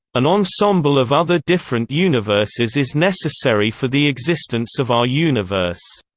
an ensemble of other different universes is necessary for the existence of our universe.